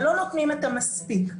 ולא נותנים את המספיק,